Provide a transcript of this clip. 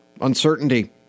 uncertainty